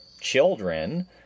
children